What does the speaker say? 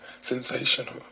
sensational